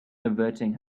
averting